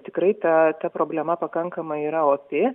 tikrai ta problema pakankamai yra opi